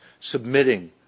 submitting